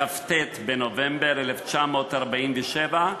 כ"ט בנובמבר 1947,